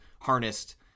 harnessed